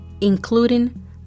including